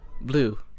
Blue